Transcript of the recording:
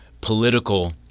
political